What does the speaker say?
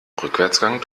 rückwärtsgang